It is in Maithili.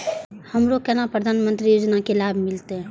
हमरो केना प्रधानमंत्री योजना की लाभ मिलते?